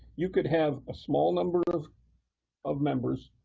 you can have a small number of of members,